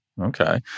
okay